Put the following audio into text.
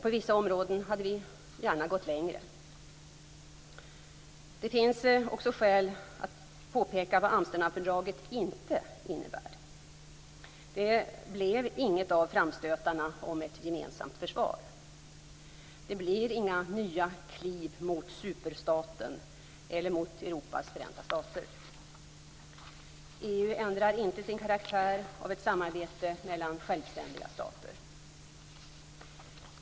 På vissa områden hade vi gärna gått längre. Det finns också skäl att påpeka vad Amsterdamfördraget inte innebär. Det blev inget av framstötarna om ett gemensamt försvar. Det blir inga nya kliv mot superstaten eller mot EU ändrar inte sin karaktär av ett samarbete mellan självständiga stater.